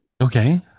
Okay